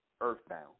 earthbound